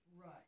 Right